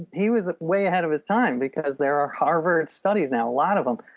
he was way ahead of his time, because there were harvard studies now, a lot of them.